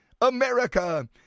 America